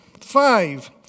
Five